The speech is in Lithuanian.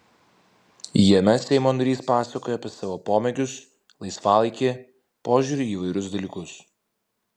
jame seimo narys pasakoja apie savo pomėgius laisvalaikį požiūrį į įvairius dalykus